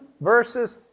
versus